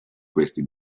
questi